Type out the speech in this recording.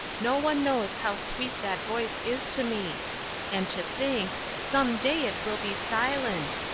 no one knows how sweet that voice is to me and to think some day it will be silent!